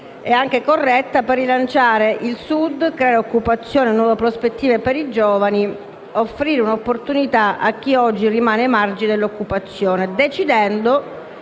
giusta e corretta per rilanciare il Sud, creare occupazione e nuove prospettive per i giovani e offrire un'opportunità a chi oggi rimane ai margini dell'occupazione, decidendo